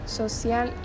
social